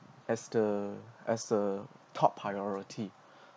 as the as a top priority